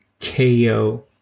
KO